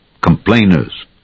complainers